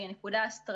היא נקודה אסטרטגית,